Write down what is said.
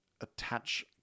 attach